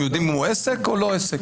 הם יודעים אם הוא עסק או לא עסק.